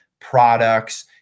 products